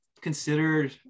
considered